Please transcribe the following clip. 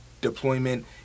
deployment